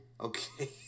Okay